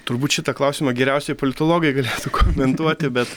turbūt šitą klausimą geriausiai politologai galėtų komentuoti bet